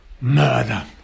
murder